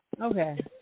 Okay